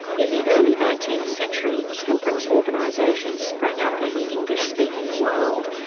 in the early nineteenth century, temperance organisations sprang up in the english speaking world,